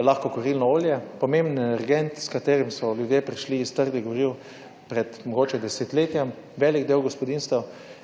lahko kurilno olje. Pomemben energent, s katerim so ljudje prišli iz trdih goriv pred mogoče desetletjem velik del gospodinjstev